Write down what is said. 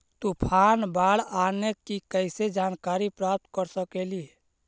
तूफान, बाढ़ आने की कैसे जानकारी प्राप्त कर सकेली?